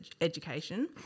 education